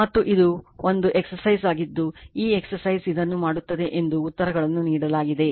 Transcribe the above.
ಮತ್ತು ಇದು ಒಂದು ಎಕ್ಸರ್ಸೈಜ್ ಆಗಿದ್ದು ಈ ಎಕ್ಸರ್ಸೈಜ್ ಇದನ್ನು ಮಾಡುತ್ತದೆ ಎಂದು ಉತ್ತರಗಳನ್ನು ನೀಡಲಾಗಿದೆ